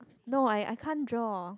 no I I can't draw